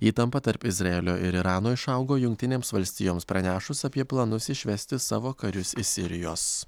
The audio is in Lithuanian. įtampa tarp izraelio ir irano išaugo jungtinėms valstijoms pranešus apie planus išvesti savo karius iš sirijos